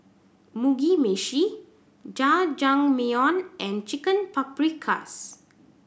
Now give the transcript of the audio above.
Mugi Meshi Jajangmyeon and Chicken Paprikas